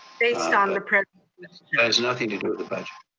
based on the. it has nothing to do with the budget.